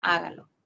hágalo